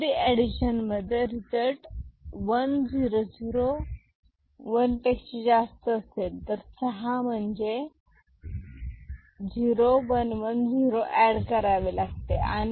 BCD addition मध्ये result 1001 पेक्षा जास्त असेल तर सहा म्हणजे 0110एड करावे लागते